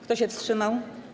Kto się wstrzymał?